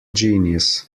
genius